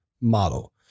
model